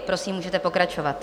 Prosím, můžete pokračovat.